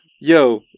yo